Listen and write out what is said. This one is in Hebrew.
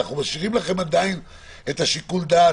אנחנו משאירים לכם עדיין את שיקול הדעת